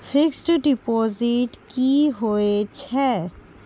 Fixed deposit की होय छै?